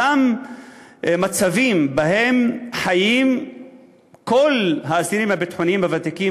אותם מצבים שבהם חיים כל האסירים הביטחוניים הוותיקים